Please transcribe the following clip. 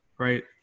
Right